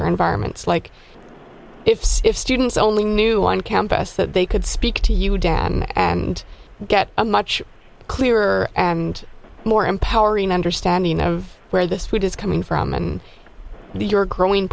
our environments like if students only knew on campus that they could speak to you dan and get a much clearer and more empowering understanding of where this food is coming from and the your growing